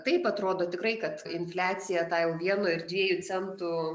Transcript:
taip atrodo tikrai kad infliacija tą jau vieno ir dviejų centų